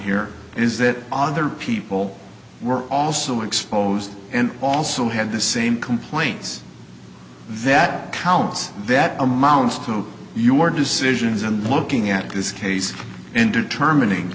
here is that other people were also exposed and also had the same complaints that counts that amounts to your decisions and looking at this case in determining